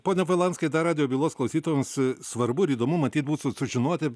pone povilanskai dar radijo bylos klausytojams svarbu ir įdomu matyt būtų sužinoti